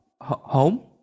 Home